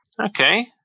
Okay